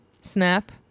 snap